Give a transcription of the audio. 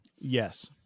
Yes